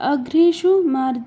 अग्रीषु मार्